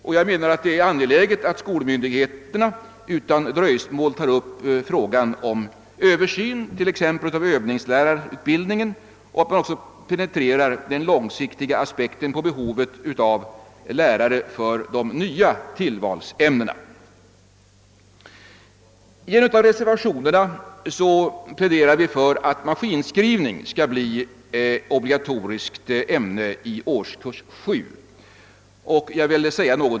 Det är enligt min mening angeläget att skolmyndigheterna utan dröjsmål tar upp frågan om Översyn av t.ex. övningslärarutbildningen och också på lång sikt penetrerar behovet av lärare för de nya tillvalsämnena. I en av reservationerna pläderar vi för att maskinskrivning skall bli obligatoriskt ämne i årskurs 7.